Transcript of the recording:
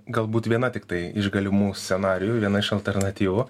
galbūt viena tiktai iš galimų scenarijų viena iš alternatyvų